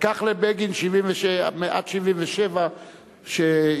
לקח לבגין עד 1977 שהבינו